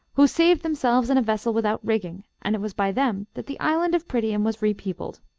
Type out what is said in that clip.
who saved themselves in a vessel without rigging, and it was by them that the island of prydian was repeopled.